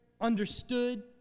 understood